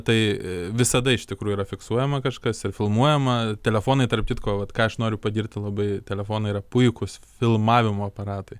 tai visada iš tikrųjų yra fiksuojama kažkas ir filmuojama telefonai tarp kitko vat ką aš noriu pagirti labai telefonai yra puikūs filmavimo aparatai